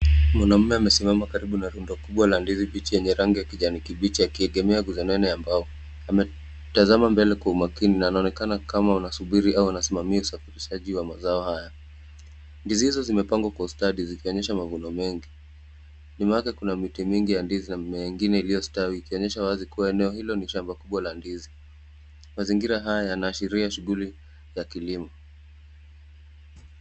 Mwanaume amesimama karibu na runda kubwa la ndizi mbichi yenye rangi ya kijani kibichi akiegemea guza neno ya mbao ametazama mbele kwa umakini na anaonekana kama anasubiri ama anasimamia usafirishaji wa mazao haya ndizi hizo zimesimama kwa ustadi zikionesha mavuno mengi . Mazingira haya yanaashiria shughuli ya kilimo.